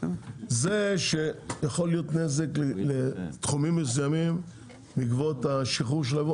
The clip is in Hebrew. זה שיכול להיות נזק לתחומים מסוימים בעקבות השחרור של הייבוא,